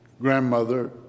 grandmother